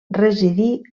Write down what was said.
residí